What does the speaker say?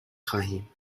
خواهیم